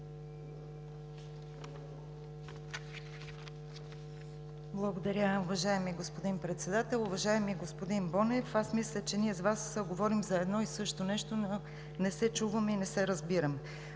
Благодаря, уважаеми господин Председател. Уважаеми господин Бонев, аз мисля, че ние с Вас говорим за едно и също нещо, но не се чуваме и не се разбираме.